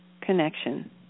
connection